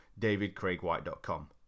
DavidCraigWhite.com